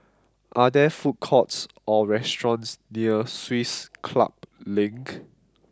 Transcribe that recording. are there food courts or restaurants near Swiss Club Link